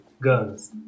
guns